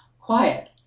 quiet